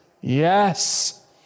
Yes